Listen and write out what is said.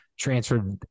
transferred